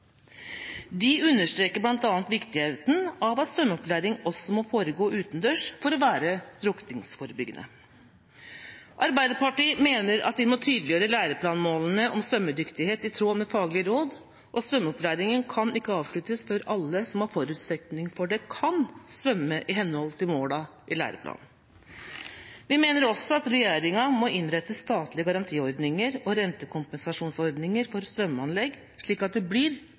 De understreker bl.a. viktigheten av at svømmeopplæring også må foregå utendørs for å være drukningsforebyggende. Arbeiderpartiet mener at vi må tydeliggjøre læreplanmålene om svømmedyktighet i tråd med faglige råd, og svømmeopplæringen kan ikke avsluttes før alle som har forutsetning for det, kan svømme i henhold til målene i læreplanen. Vi mener også at regjeringa må innrette statlige garantiordninger og rentekompensasjonsordninger for svømmeanlegg slik at det blir